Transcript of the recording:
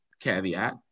caveat